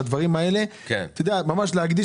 לגבי